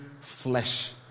flesh